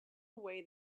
away